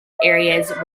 areas